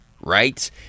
right